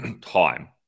time